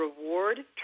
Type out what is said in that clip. reward